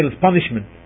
punishment